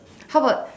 how about